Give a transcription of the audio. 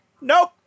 Nope